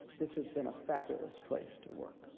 this has been a fabulous place to work.